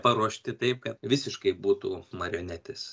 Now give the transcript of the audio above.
paruošti taip kad visiškai būtų marionetės